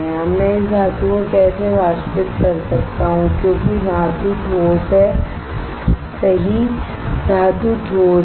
अब मैं इस धातु को कैसे वाष्पित कर सकता हूं क्योंकि धातु ठोस है सही धातु ठोस है